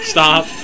Stop